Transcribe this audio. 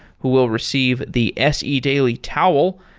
who will receive the se daily towel,